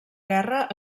guerra